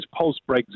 post-Brexit